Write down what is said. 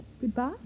goodbye